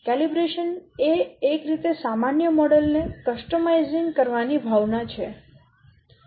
calibration એ એક રીતે સામાન્ય મોડેલ ને કસ્ટમાઇઝીંગ કરવાની ભાવના છે